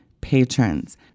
patrons